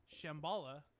Shambhala